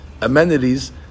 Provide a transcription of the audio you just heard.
amenities